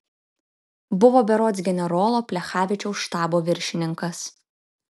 buvo berods generolo plechavičiaus štabo viršininkas